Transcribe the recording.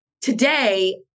today